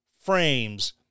frames